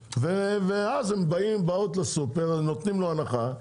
ואז הוא בא לסופר ונותנים לו הנחה.